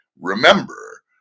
remember